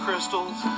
Crystals